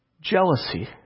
jealousy